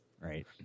Right